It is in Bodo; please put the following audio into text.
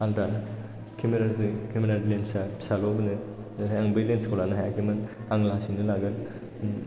आलादा केमेरा जों केमेरा नि लेन्स आ फिसाल' मोनो नाथाय आं बे लेन्स खौ लानो हायाखैमोन आं लासैनो लागोन